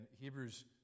Hebrews